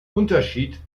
unterschied